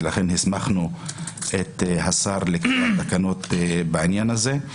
ולכן הסמכנו את השר לקבוע תקנות בעניין הזה.